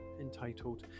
entitled